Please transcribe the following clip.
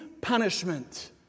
punishment